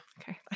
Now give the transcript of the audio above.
Okay